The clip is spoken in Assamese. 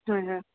হয় হয়